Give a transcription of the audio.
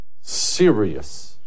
Serious